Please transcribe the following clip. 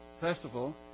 festival